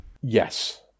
Yes